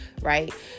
right